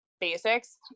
basics